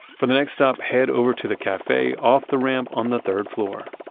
for the next stop, head over to the cafe off the ramp on the third floor.